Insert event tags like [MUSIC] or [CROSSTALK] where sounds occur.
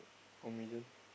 one million [NOISE]